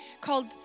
called